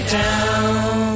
down